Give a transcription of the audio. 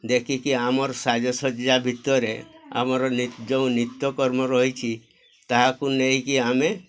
ଦେଖିକି ଆମର୍ ସାଜସଜା ଭିତରେ ଆମର ଯେଉଁ ନିତ୍ୟକର୍ମ ରହିଛି ତାହାକୁ ନେଇକି ଆମେ